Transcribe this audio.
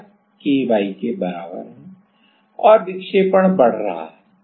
तो F ky के बराबर है और विक्षेपण बढ़ रहा है